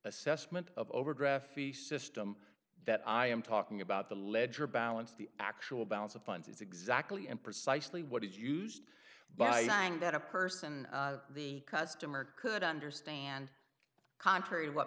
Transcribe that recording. assessment of overdraft fee system that i am talking about the ledger balance the actual balance of funds is exactly and precisely what is used by saying that a person the customer could understand contrary to what